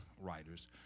writers